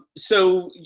so,